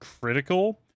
critical